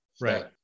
Right